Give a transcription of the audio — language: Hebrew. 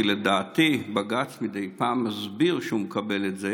כי לדעתי בג"ץ מסביר מדי פעם שהוא מקבל את זה